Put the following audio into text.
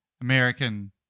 American